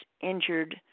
injured